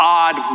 odd